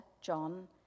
John